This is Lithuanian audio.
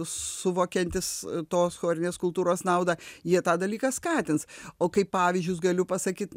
suvokiantys tos chorinės kultūros naudą jie tą dalyką skatins o kaip pavyzdžius galiu pasakyt